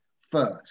first